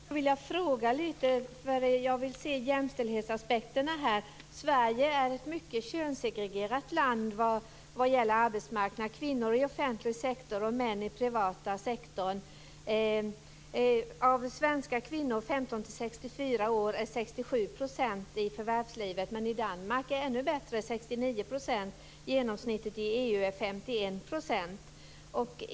Herr talman! Jag skulle vilja fråga kring jämställdhetsaspekterna här. Sverige är ett mycket könssegregerat land vad gäller arbetsmarknaden - kvinnor inom den offentliga sektorn och män inom den privata sektorn. Av svenska kvinnor i åldern 15-64 år finns 67 % i förvärvslivet. I Danmark är det ännu bättre, 69 %. Genomsnittet i EU är 51 %.